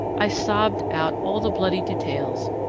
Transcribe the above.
i sobbed out all the bloody details,